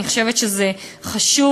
אני חושבת שזה חשוב.